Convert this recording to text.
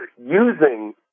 using